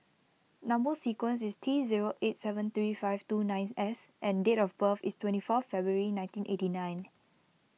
Number Sequence is T zero eight seven three five two nine S and date of birth is twenty four February nineteen eighty nine